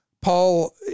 Paul